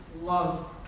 love